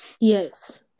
Yes